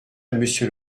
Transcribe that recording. monsieur